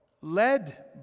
led